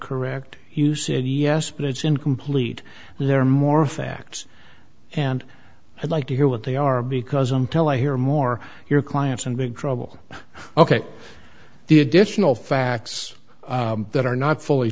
correct you said yes but it's incomplete there are more facts and i'd like to hear what they are because i'm tell i hear more your clients in big trouble ok the additional facts that are not fully